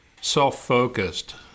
self-focused